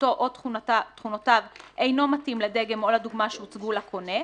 איכותו או תכונותיו אינו מתאים לדגם או לדוגמה שהוצגו לקונה,